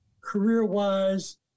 career-wise